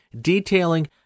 detailing